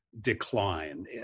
decline